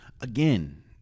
Again